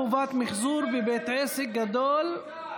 חובת מחזור בבית עסק גדול),